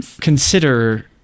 consider